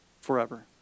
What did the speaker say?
forever